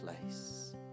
place